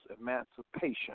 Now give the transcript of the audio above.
emancipation